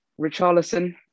Richarlison